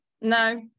no